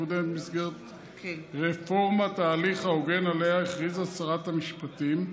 מקודמת במסגרת רפורמת ההליך ההוגן שעליה הכריזה שרת המשפטים,